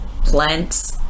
plants